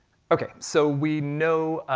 okay, so we know